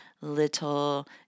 little